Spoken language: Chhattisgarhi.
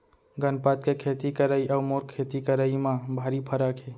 गनपत के खेती करई अउ मोर खेती करई म भारी फरक हे